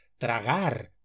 tragar